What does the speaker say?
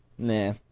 Nah